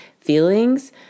feelings